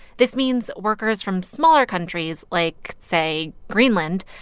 this means workers from smaller countries, like say greenland,